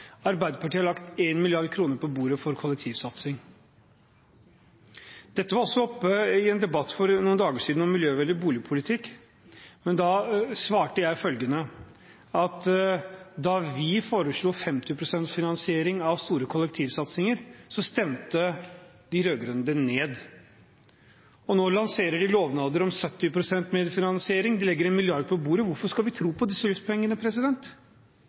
Arbeiderpartiet har lagt 1 mrd. kr på bordet til kollektivsatsing. Dette var også oppe i en debatt for noen dager siden om miljøvennlig boligpolitikk. Da sa jeg at da vi foreslo 50 pst. finansiering av store kollektivsatsinger, stemte de rød-grønne det ned. Nå lanserer de lovnader om 70 pst. mer i finansiering, og de legger 1 mrd. på bordet – hvorfor skal vi tro på disse